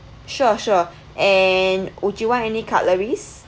sure sure and would you want any cutleries